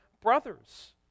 brothers